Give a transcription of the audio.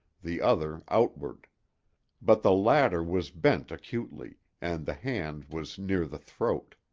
the other outward but the latter was bent acutely, and the hand was near the throat.